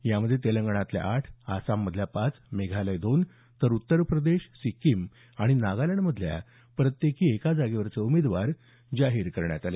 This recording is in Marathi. यामध्ये तेलंगणातल्या आठ आसाम पाच मेघालय दोन तर उत्तरप्रदेश सिक्कीम आणि नागालँडमधल्या प्रत्येकी एका जागेवरचे उमेदवार जाहीर करण्यात आले